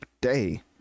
day